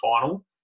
final